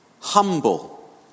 Humble